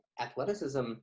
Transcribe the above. athleticism –